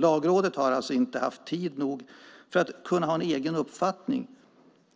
Lagrådet har alltså inte haft tid att bilda sig en egen uppfattning